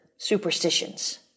Superstitions